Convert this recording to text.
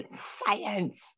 science